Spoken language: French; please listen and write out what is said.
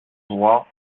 droit